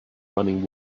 running